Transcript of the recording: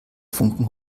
funken